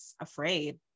afraid